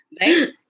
right